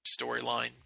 storyline